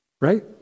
right